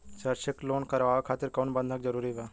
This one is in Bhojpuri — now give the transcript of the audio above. शैक्षणिक लोन करावे खातिर कउनो बंधक जरूरी बा?